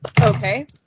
Okay